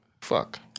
Fuck